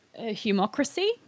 humocracy